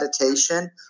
meditation